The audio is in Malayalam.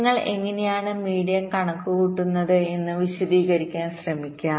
നിങ്ങൾ എങ്ങനെയാണ് മീഡിയൻ കണക്കുകൂട്ടുന്നത് എന്ന് വിശദീകരിക്കാൻ ശ്രമിക്കാം